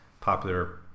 popular